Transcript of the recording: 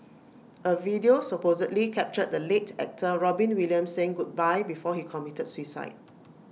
A video supposedly captured the late actor Robin Williams saying goodbye before he committed suicide